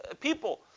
people